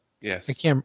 Yes